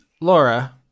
Laura